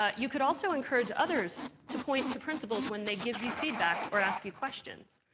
ah you could also encourage others to point to principles when they give you feedback or ask you questions.